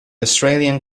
australian